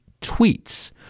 tweets